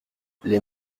les